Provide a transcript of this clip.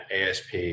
ASP